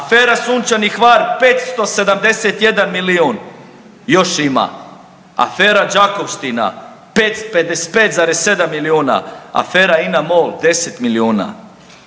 afera Sunčani Hvar 571 milijun, još ima, afera Đakovština 555,7 milijuna, afera INA MOL 10 milijuna,